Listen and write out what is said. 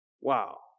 wow